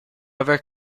aver